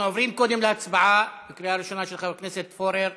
אנחנו עוברים קודם להצבעה בקריאה ראשונה על ההצעה של חבר הכנסת פורר.